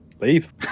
Leave